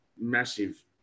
massive